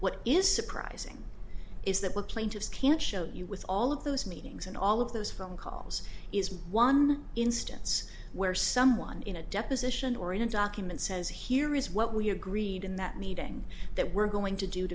what is surprising is that what plaintiffs can show you with all of those meetings and all of those phone calls is one instance where someone in a deposition or in a document says here is what we agreed in that meeting that we're going to do